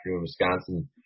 Wisconsin